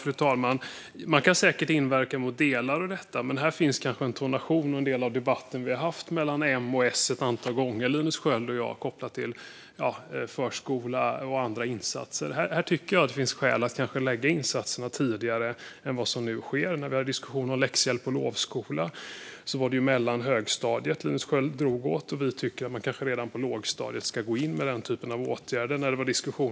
När det gäller det andra kan man säkert invända mot delar av det. Men här finns kanske en ton i en del av debatten mellan M och S som Linus Sköld och jag har haft, kopplat till förskola och andra insatser. Jag tycker att det finns skäl att lägga insatser tidigare än vad som nu sker. När vi har haft diskussioner om läxhjälp och lovskola gällde det mellan och högstadiet som Linus Sköld drog åt. Vi tycker att man kanske ska gå in med den typen av åtgärder redan på lågstadiet.